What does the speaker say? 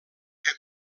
que